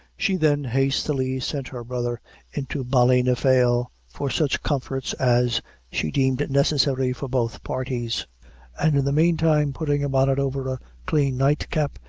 she then hastily sent her brother into ballynafail for such comforts as she deemed necessary for both parties and in the mean time, putting a bonnet over her clean nightcap,